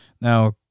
now